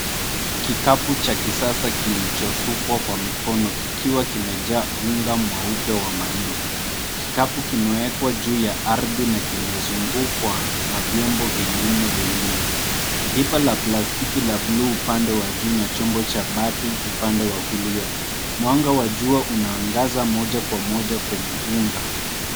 Kikapu cha kisasa kilichosukwa kwa mikono kikiwa kimejaa unga mweupe wa mahindi. Kikapu kimewekwa juu ya ardhi na kimezungukwa na vyombo vingine viwili. Pipa la plastiki la blue upande wa juu na chombo cha bati upande wa kulia. Mwanga wa jua unaangaza moja kwa moja kwenye unga.